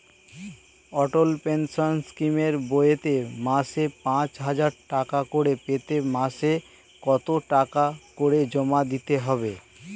অটল pension স্কিমের বইতে মাসে পাঁচ হাজার টাকা করে পেতে মাসে কত টাকা করে জমা দিতে হবে?